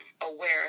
aware